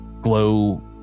glow